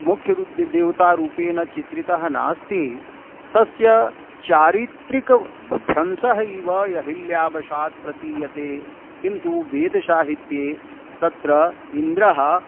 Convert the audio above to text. मुख्यरूद्देवतारूपेणचित्रितः नास्ति तस्य चारित्रिकभ्रंशः इव अहिल्यावशात् प्रतीयते किन्तु वेदसाहित्ये तत्र इन्द्रः